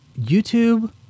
YouTube